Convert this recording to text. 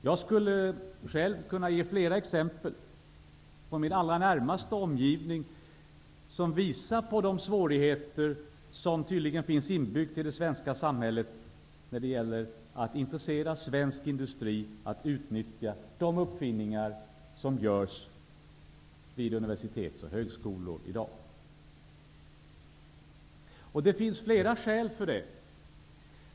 Jag skulle själv kunna ge flera exempel från min allra närmaste omgivning som visar på de svårigheter som tydligen finns inbyggda i det svenska samhället när det gäller att intressera svensk industri för att utnyttja de uppfinningar som görs vid våra universitet och högskolor i dag. Det finns flera skäl för detta.